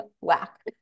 whack